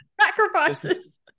Sacrifices